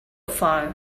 far